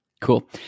Cool